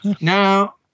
Now